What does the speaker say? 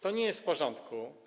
To nie jest w porządku.